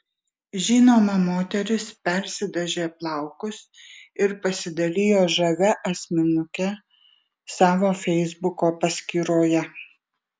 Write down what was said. žinoma moteris persidažė plaukus ir pasidalijo žavia asmenuke savo feisbuko paskyroje